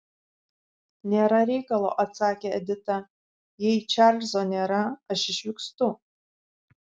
nėra reikalo atsakė edita jei čarlzo nėra aš išvykstu